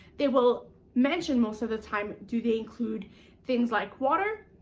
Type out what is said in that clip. they will mention most of the time do they include things like water,